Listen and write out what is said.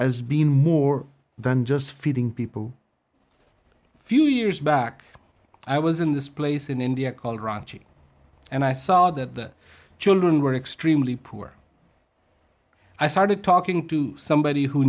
as being more than just feeding people few years back i was in this place in india called raji and i saw that the children were extremely poor i started talking to somebody who